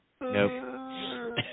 Nope